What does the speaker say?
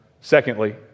Secondly